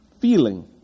feeling